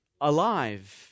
alive